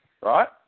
right